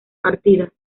partidas